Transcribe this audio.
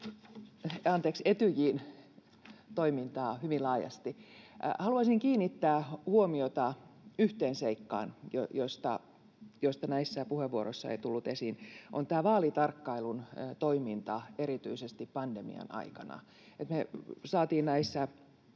jo Etyjin toimintaa hyvin laajasti. Haluaisin kiinnittää huomiota yhteen seikkaan, joka näissä puheenvuoroissa ei tullut esiin, nimittäin vaalitarkkailun toimintaan erityisesti pandemian aikana: